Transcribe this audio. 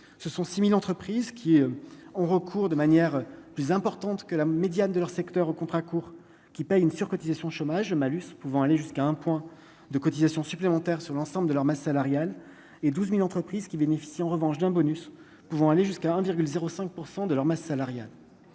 ce sont 6000 entreprises qui ont recours de manière plus importante que la médiane de leur secteur aux contrats courts qui paye une surcotisation chômage malus pouvant aller jusqu'à 1 point de cotisation supplémentaire sur l'ensemble de leur masse salariale et 12000 entreprises qui bénéficient en revanche d'un bonus pouvant aller jusqu'à 1,0 5 % de leur masse salariale